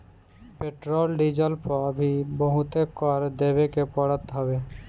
petrol diesel पअ भी बहुते कर देवे के पड़त हवे